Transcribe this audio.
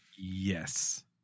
yes